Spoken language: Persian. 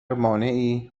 مانعی